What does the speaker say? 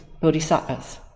Bodhisattvas